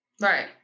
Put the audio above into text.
Right